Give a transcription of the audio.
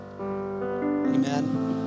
Amen